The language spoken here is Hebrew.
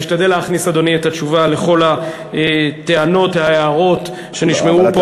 אשתדל להכניס את התשובה לכל הטענות וההערות שנשמעו פה,